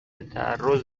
تعرض